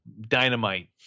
dynamite